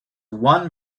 one